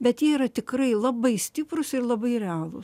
bet jie yra tikrai labai stiprūs ir labai realūs